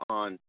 on